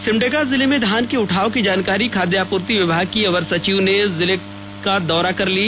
सिमडेगा जिले में धान के उठाव की जानकारी खाद्य आपूर्ति विभाग की अवर सचिव ने जिले का दौरा कर ली